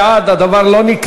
גם אני בעד, זה לא נלחץ.